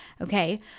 okay